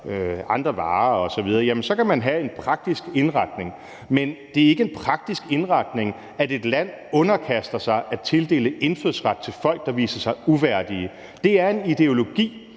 andre varer osv., kan man have en praktisk indretning. Men det er ikke en praktisk indretning, at et land underkaster sig at tildele indfødsret til folk, der viser sig uværdige. Det er en ideologi,